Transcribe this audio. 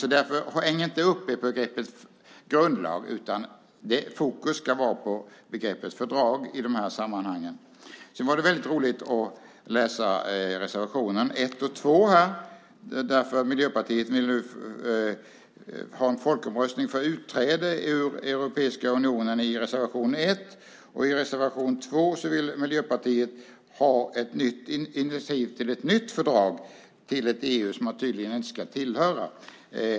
Häng alltså inte upp er på begreppet grundlag, utan fokus ska i dessa sammanhang vara på begreppet fördrag. Det var mycket roligt att läsa reservationerna 1 och 2. I reservation 1 vill Miljöpartiet ha en folkomröstning om utträde ur Europeiska unionen, och i reservation 2 vill de ha ett initiativ till nytt fördrag - för ett EU som vi tydligen inte ska tillhöra.